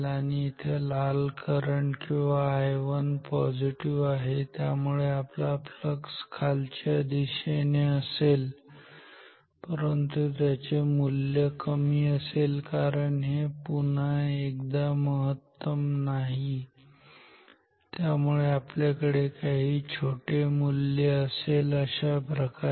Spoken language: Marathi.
आणि इथे लाल करंट किंवा I1 पॉझिटिव्ह आहे त्यामुळे आपला फ्लक्स खालच्या दिशेने असेल परंतु त्याचे मूल्य कमी असेल कारण हे पुन्हा एकदा महत्तम नाही त्यामुळे आपल्याकडे काही छोटे मूल्य असेल अशाप्रकारे